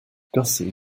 gussie